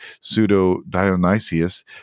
pseudo-Dionysius